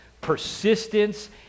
persistence